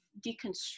deconstruct